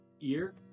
ear